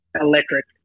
electric